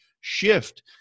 shift